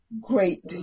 Great